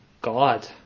god